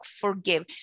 forgive